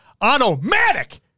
automatic